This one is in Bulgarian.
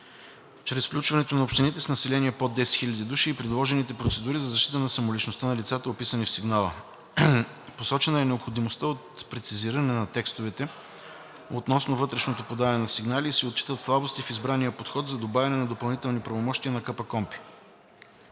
чрез включването на общините с население под 10 000 души и предложените процедури за защита на самоличността на лицата, описани в сигнала. Посочена е необходимостта от прецизиране на текстовете относно вътрешното подаване на сигнали и се отчитат слабости в избрания подход за добавяне на допълнителни правомощия на КПКОНПИ.